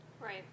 Right